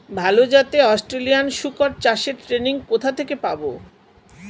ভালো জাতে অস্ট্রেলিয়ান শুকর চাষের ট্রেনিং কোথা থেকে পাব?